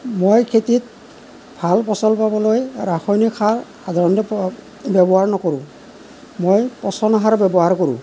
মই খেতিত ভাল ফচল পাবলৈ ৰাসায়নিক সাৰ সাধাৰণতে ব্যৱহাৰ নকৰোঁ মই পচন সাৰ ব্যৱহাৰ কৰোঁ